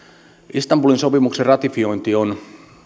istanbulin sopimuksen ratifiointi on